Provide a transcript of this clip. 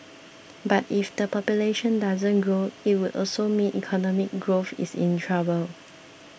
but if the population doesn't grow it would also mean economic growth is in trouble